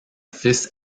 fils